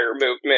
movement